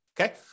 okay